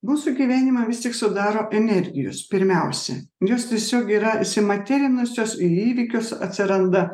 mūsų gyvenimą vis tik sudaro energijos pirmiausia jos tiesiog yra įsimaterinusios į įvykius atsiranda